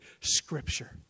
Scripture